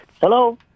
Hello